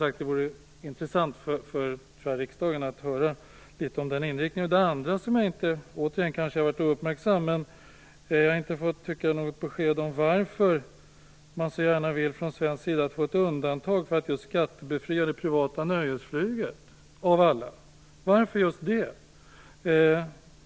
Det vore intressant för riksdagen att höra litet om den inriktningen. Det andra som jag inte har fått besked om - jag kanske återigen har varit ouppmärksam - är varför man från svensk sida så gärna vill få ett undantag för att skattebefria just det privata nöjesflyget, av allt. Varför just det?